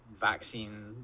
vaccine